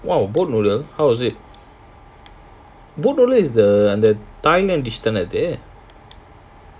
!wow! boat noodle how was it boat noodle is the thailand dish தானே அது:thane athu